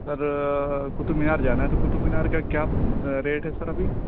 سر قطب مینار جانا ہے تو قطب مینار کا کیا ریٹ ہے سر ابھی